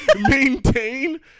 Maintain